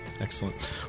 Excellent